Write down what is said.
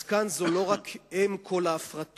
אז כאן זאת לא רק אם כל ההפרטות,